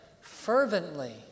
fervently